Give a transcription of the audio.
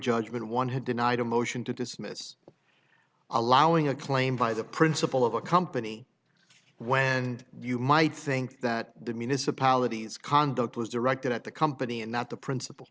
judgment one had denied a motion to dismiss allowing a claim by the principal of a company when and you might think that the municipalities conduct was directed at the company and not the princip